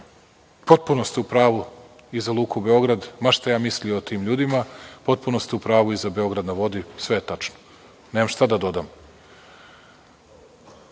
potpuno ste u pravu za „Luku Beograd“, ma šta ja mislio o tim ljudima, potpuno ste u pravu i za „Beograd na vodi“ sve je tačno. Nemam šta da dodam.